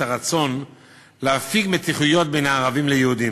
הרצון להפיג מתיחויות בין הערבים ליהודים.